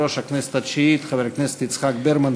יושב-ראש הכנסת התשיעית חבר הכנסת יצחק ברמן,